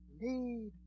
need